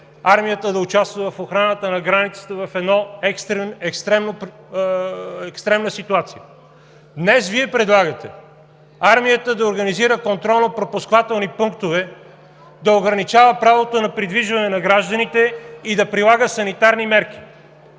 армията да участва в охраната на границата в една екстремна ситуация. Днес Вие предлагате армията да организира контролно-пропускателни пунктове, да ограничава правото на придвижване на гражданите и да прилага санитарни мерки.